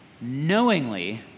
knowingly